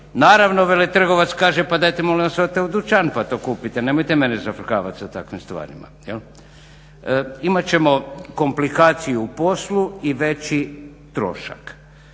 Naravno veletrgovac kaže pa dajte molim vas odite u dućan pa to kupite, nemojte mene zafrkavat sa takvim stvarima. Imat ćemo komplikaciju u poslu i veći trošak.